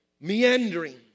Meandering